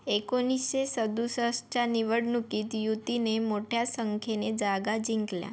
एकोणीसशे सदुसष्टच्या निवडणुकीत युतीने मोठ्या संख्येने जागा जिंकल्या